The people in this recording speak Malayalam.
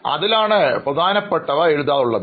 അതിലാണ് എനിക്ക് പ്രധാനപ്പെട്ടവ എഴുതാറുള്ളത്